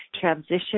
transition